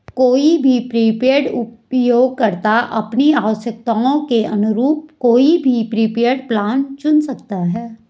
कोई भी प्रीपेड उपयोगकर्ता अपनी आवश्यकताओं के अनुरूप कोई भी प्रीपेड प्लान चुन सकता है